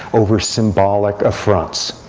over symbolic affronts.